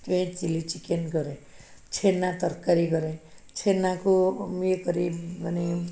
ସିଏ chilli chicken କରେ ଛେନା ତରକାରୀ କରେ ଛେନାକୁ ଇଏ କରି ମାନେ